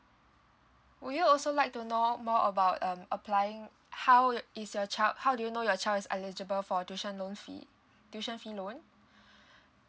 would you also like to know more about um applying how is your child how do you know your child is eligible for tuition loan fee tuition fee loan